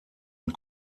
und